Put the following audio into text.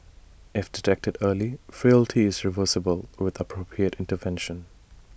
if detected early frailty is reversible with appropriate intervention